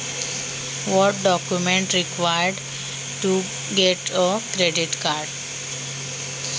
Credit card घेण्यासाठी कोणती कागदपत्रे घ्यावी लागतात?